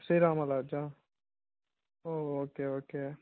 శ్రీ రామా లాడ్జా ఓ okay okay